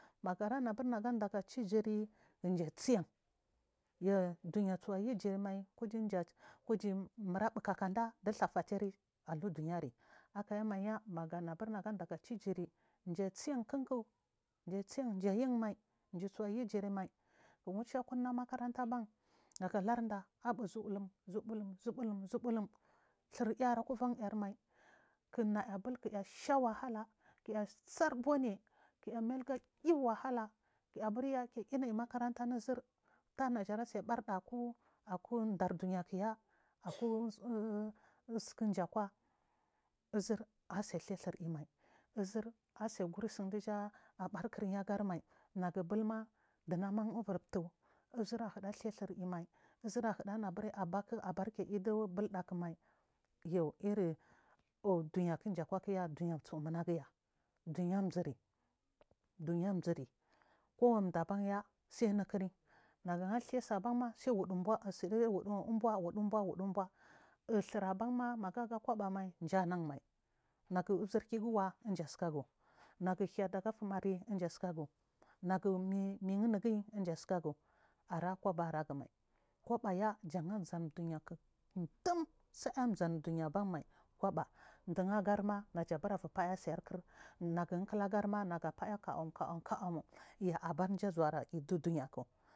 Magara na bur naga chu jiry kum mji chyan yu duya suggu jiri mai kuji mura ba kakan da du tha fatiary akuduyari aku ya mai ya magu ganaburi naganda ga chugiri kum du adiyan mjia chiyan kunku mjachyan mjiyan mai mjiyu jirimai ku wusha kur na makaranta ma na galura da abu zubulum zubulum zubulum thur lu ayi ara kuvan yar mai kuna ya bulk u naya shawahala kuya sarbuni kuya mai aluga iwwa halla durya ku ya lunai makaranta anu ubur ta najiara sa barda akun dar duya kuya aku sukun mji akuwa uzur asithya sur luwmai uzur a gur sun ja a ba. Kuri agari mai nagu bulma dunaman ivir ptu uzura huda thya surtumai uzur hudana bur abar duyu aia du bul da ku mai yu iri duya ku dum ji a kuwa kuya munaquya duya amzuri kuwanimudu a banya sai anukuriy naguna thya su aban ma say wudu umbawa wudu umbowa wudu umbowa thur aban ma magay aga koba mai mji nan mai nagu uzur kigu uva dum ji asu kagu na guhiya daga ufumari dum ji asukagu nagu mi min unuguyi dum ji ashagu ara koba ay aragumai koba ya jan amzany duya ndum sa amzani duya aban mai dun aga koba ban ma abura paya nag a kulagar say kauma kauma ya abar mji zuwara ludu duya ku.